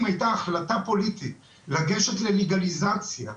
הייתה החלטה פוליטית לגשת ללגליזציה,